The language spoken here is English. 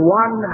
one